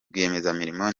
rwiyemezamirimo